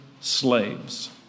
slaves